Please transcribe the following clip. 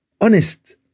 honest